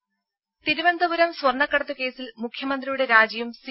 ത തിരുവനന്തപുരം സ്വർണ്ണക്കടത്ത് കേസിൽ മുഖ്യമന്ത്രിയുടെ രാജിയും സി